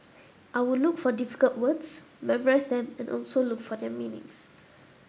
I will look for difficult words memorise them and also look for their meanings